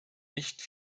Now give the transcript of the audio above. nicht